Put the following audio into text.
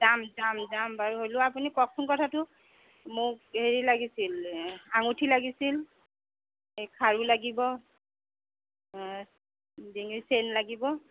যাম যাম যাম বাৰু হ'লেও আপুনি কওকচোন কথাটো মোক হেৰি লাগিছিল আঙুঠি লাগিছিল এই খাৰু লাগিব ডিঙিৰ চেইন লাগিব